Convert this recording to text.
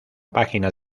página